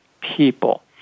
people